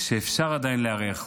שאפשר עדיין להיערך,